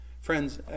Friends